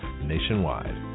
nationwide